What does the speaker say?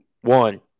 one